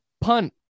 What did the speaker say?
punt